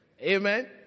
Amen